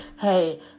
hey